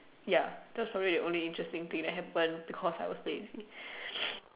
ya that's probably the only interesting thing that happened because I was lazy